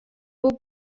boek